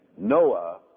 Noah